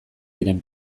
diren